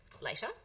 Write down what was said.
later